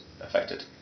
affected